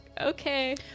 Okay